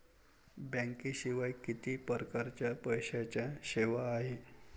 बँकेशिवाय किती परकारच्या पैशांच्या सेवा हाय?